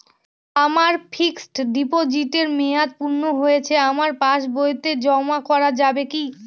আমার ফিক্সট ডিপোজিটের মেয়াদ পূর্ণ হয়েছে আমার পাস বইতে জমা করা যাবে কি?